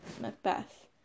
Macbeth